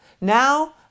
Now